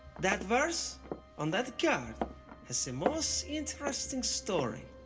that verse on that card has the most interesting story